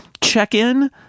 check-in